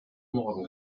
morgen